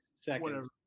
seconds